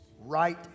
Right